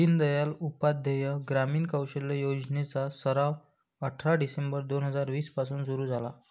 दीनदयाल उपाध्याय ग्रामीण कौशल्य योजने चा सराव अठरा डिसेंबर दोन हजार वीस पासून सुरू झाला